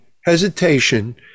hesitation